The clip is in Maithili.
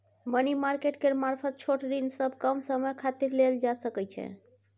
मनी मार्केट केर मारफत छोट ऋण सब कम समय खातिर लेल जा सकइ छै